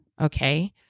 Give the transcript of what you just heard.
okay